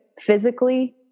physically